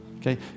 okay